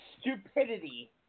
stupidity